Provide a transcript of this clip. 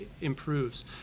improves